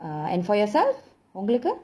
uh and for yourself உங்களுக்கு:ungalukku